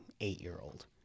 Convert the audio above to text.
eight-year-old